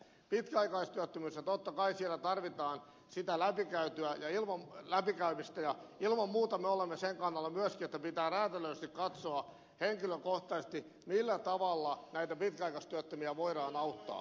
totta kai tarvitaan pitkäaikaistyöttömyyden läpikäymistä ja ilman muuta me olemme sen kannalla myöskin että pitää räätälöidysti katsoa henkilökohtaisesti millä tavalla näitä pitkäaikaistyöttömiä voidaan auttaa